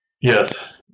Yes